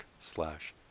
slash